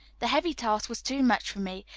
the heavy task was too much for me,